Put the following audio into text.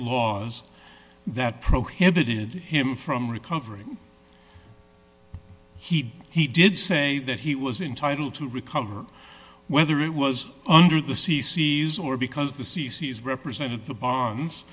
laws that prohibited him from recovering he he did say that he was entitled to recover whether it was under the cc's or because the c c s represented the b